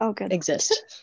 exist